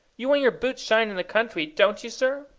you want your boots shined in the country don't you, sir?